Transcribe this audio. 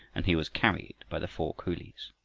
and he was carried by the four coolies.